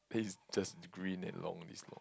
it's just green and long this long